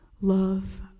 love